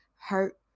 Hurt